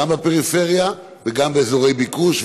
גם בפריפריה וגם באזורי ביקוש,